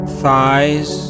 thighs